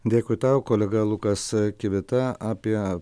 dėkui tau kolega lukas kvita apie